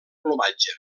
plomatge